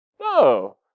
No